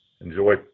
Enjoy